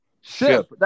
Ship